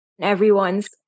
Everyone's